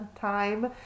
time